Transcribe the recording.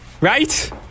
right